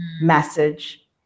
message